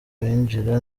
abinjira